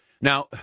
Now